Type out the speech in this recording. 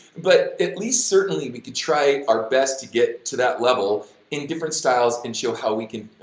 but at least certainly we could try our best to get to that level in different styles and show how we can,